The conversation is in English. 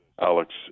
Alex